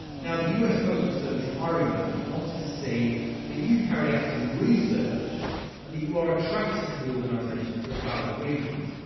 now, the u s. postal service hiring manager wants to see that you've carried out some research and that you are attracted to the organization for valid reasons.